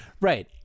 Right